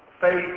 Faith